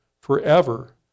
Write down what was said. forever